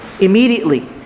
immediately